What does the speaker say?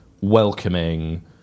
welcoming